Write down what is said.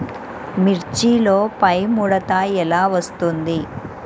మిర్చిలో పైముడత ఎలా వస్తుంది?